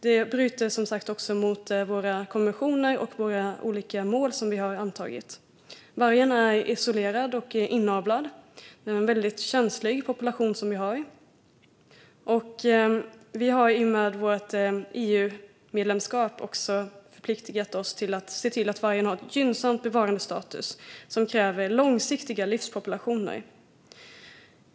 Det bryter som sagt också mot våra konventioner och de olika mål som vi har antagit. Vargen är isolerad och inavlad. Det är en väldigt känslig population som vi har. Vi har i och med vårt EU-medlemskap också förpliktat oss att se till att vargen har en gynnsam bevarandestatus, något som kräver långsiktiga livspopulationer.